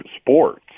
sports